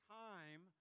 time